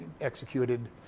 executed